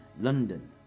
London